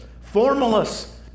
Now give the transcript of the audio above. Formalists